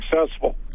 successful